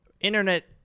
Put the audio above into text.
internet